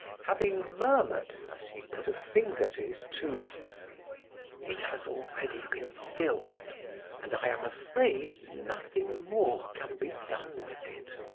having murmured, as he put a finger to his tooth it has already been filled and i am afraid nothing more can be done with it.